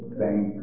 thank